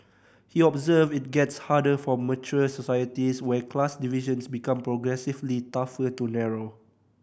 he observed it gets harder for mature societies where class divisions become progressively tougher to narrow